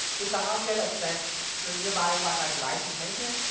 it does not get access to the nearby wi-fi device information,